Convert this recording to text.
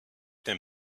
them